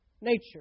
nature